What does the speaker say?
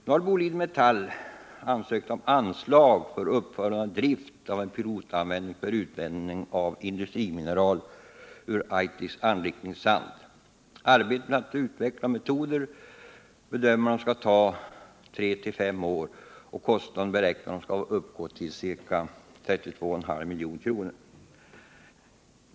Nu har Boliden Metall ansökt om anslag till uppförande och drift av en pilotanläggning för utvinning av industrimineral ur Aitiks anrikningssand. Arbetet med att utveckla metoder för att utvinna mineralen har beräknats ta tre till fem år. Totalkostnaden beräknas uppgå till ca 32,5 milj.kr.